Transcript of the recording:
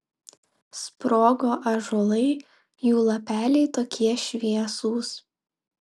sprogo ąžuolai jų lapeliai tokie šviesūs